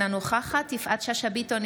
אינה נוכחת יפעת שאשא ביטון,